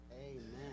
Amen